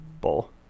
bowl